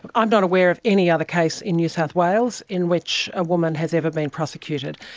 i'm not aware of any other case in new south wales in which a woman has ever been prosecuted.